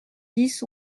dix